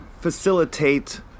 facilitate